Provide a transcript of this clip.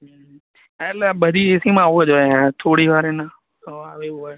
હં હં હા એટલે આ બધી એસીમાં આવું જ હોય હા થોડીવાર એના હવા આવે એવું હોય